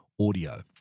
audio